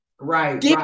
right